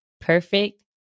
Perfect